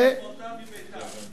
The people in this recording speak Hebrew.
חזרו הביתה,